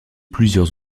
plusieurs